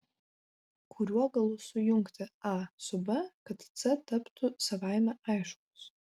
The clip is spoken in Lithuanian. kuriuo galu sujungti a su b kad c taptų savaime aiškus